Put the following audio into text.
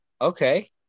Okay